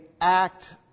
act